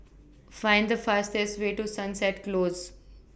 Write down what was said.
Find The fastest Way to Sunset Close